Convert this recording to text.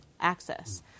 access